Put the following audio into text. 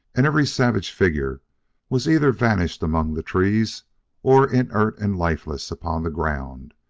and every savage figure was either vanished among the trees or inert and lifeless upon the ground,